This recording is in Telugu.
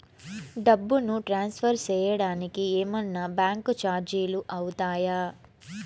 డబ్బును ట్రాన్స్ఫర్ సేయడానికి ఏమన్నా బ్యాంకు చార్జీలు అవుతాయా?